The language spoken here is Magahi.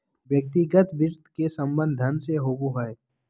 व्यक्तिगत वित्त के संबंध धन से होबो हइ